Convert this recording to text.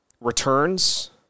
returns